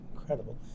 incredible